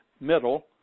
middle